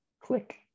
click